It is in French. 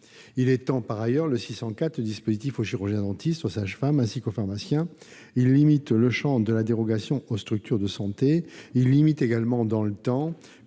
Il vise par ailleurs à étendre le dispositif aux chirurgiens-dentistes, aux sages-femmes, ainsi qu'aux pharmaciens. Il limite le champ de la dérogation aux structures de santé et la limite également dans le temps,